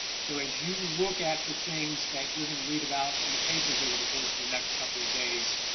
so as you look at the things that you're going to read about in the papers over the course the next couple of days,